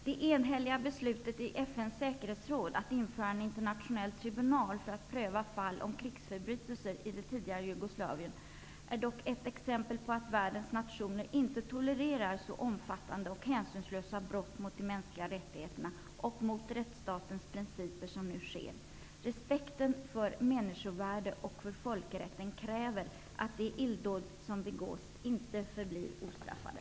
Det enhälliga beslutet i FN:s säkerhetsråd att inrätta en internationell tribunal för att pröva fall om krigsförbrytelser i det tidigare Jugoslavien är ett exempel på att världens nationer inte tolererar så omfattande och hänsynslösa brott mot de mänskliga rättigheterna och mot rättsstatens principer som nu sker. Respekten för människovärde och för folkrätten kräver att de illdåd som begås inte förblir ostraffade.